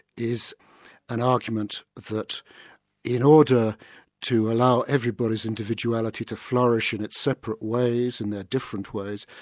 is an argument that in order to allow everybody's individuality to flourish in its separate ways, in their different ways,